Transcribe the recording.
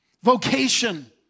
vocation